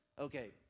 Okay